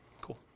cool